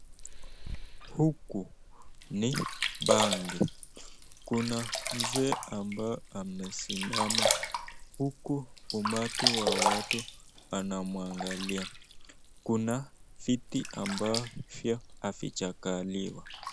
Huku ni banki. Kuna mzee ambaye amesimama, huku umati wa watu wanamuangalia. Kuna viti ambavyo havijakaliwa.